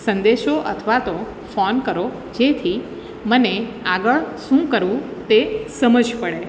સંદેશો અથવા તો ફોન કરો જેથી મને આગળ શું કરવું તે સમજ પડે